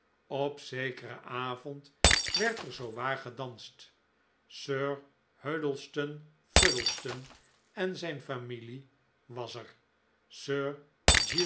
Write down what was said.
op zekeren avond werd er zoowaar gedanst sir huddleston fuddleston en zijn familie was er sir